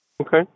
Okay